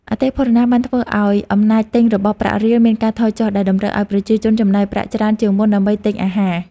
អតិផរណាបានធ្វើឱ្យអំណាចទិញរបស់ប្រាក់រៀលមានការថយចុះដែលតម្រូវឱ្យប្រជាជនចំណាយប្រាក់ច្រើនជាងមុនដើម្បីទិញអាហារ។